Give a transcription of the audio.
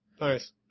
Nice